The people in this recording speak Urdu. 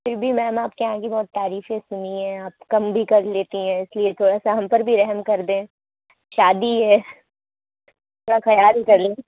پھر بھی میم آپ کے یہاں کی بہت تعریفیں سنی ہیں آپ کم بھی کر لیتی ہیں اس لیے تھوڑا سا ہم پر بھی رحم کر دیں شادی ہے تھوڑا خیال کر لیں